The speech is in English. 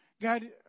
God